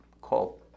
Call